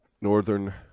Northern